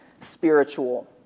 spiritual